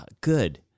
good